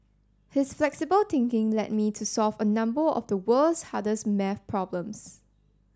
his flexible thinking led me to solve a number of the world's hardest maths problems